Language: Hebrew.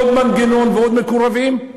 עוד מנגנון ועוד מקורבים?